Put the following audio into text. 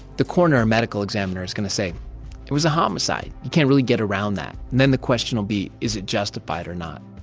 the coroner medical examiner is going to say it was a homicide. you can't really get around that. and then the question will be is it justified or not?